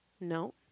no